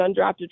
undrafted